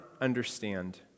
understand